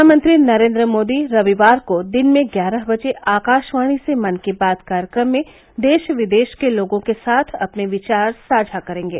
प्रधानमंत्री नरेंद्र मोदी रविवार को दिन में ग्यारह बजे आकाशवाणी से मन की बात कार्यक्रम मे देश विदेश के लोगों के साथ अपने विचार साझा करेंगे